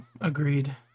agreed